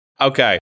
Okay